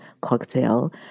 cocktail